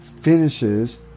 finishes